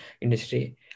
industry